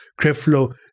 Creflo